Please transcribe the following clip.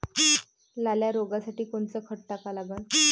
लाल्या रोगासाठी कोनचं खत टाका लागन?